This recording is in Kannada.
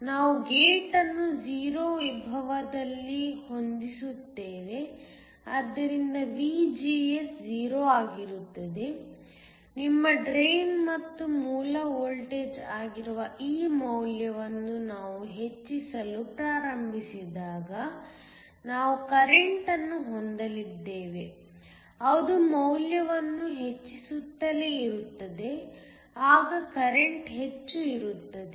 ನಾವು ಗೇಟ್ ಅನ್ನು 0 ವಿಭವದಲ್ಲಿ ಹೊಂದಿಸುತ್ತೇವೆ ಆದ್ದರಿಂದ VGS 0 ಆಗಿರುತ್ತದೆ ನಿಮ್ಮ ಡ್ರೈನ್ ಮತ್ತು ಮೂಲ ವೋಲ್ಟೇಜ್ ಆಗಿರುವ ಈ ಮೌಲ್ಯವನ್ನು ನಾವು ಹೆಚ್ಚಿಸಲು ಪ್ರಾರಂಭಿಸಿದಾಗ ನಾವು ಕರೆಂಟ್ಅನ್ನು ಹೊಂದಲಿದ್ದೇವೆ ಅದು ಮೌಲ್ಯವನ್ನು ಹೆಚ್ಚಿಸುತ್ತಲೇ ಇರುತ್ತದೆ ಆಗ ಕರೆಂಟ್ ಹೆಚ್ಚು ಇರುತ್ತದೆ